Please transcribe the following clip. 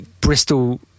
Bristol